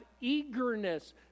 eagerness